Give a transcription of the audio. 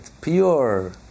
pure